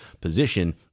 position